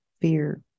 fear